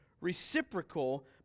reciprocal